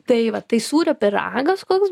tai va tai sūrio pyragas koks